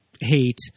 hate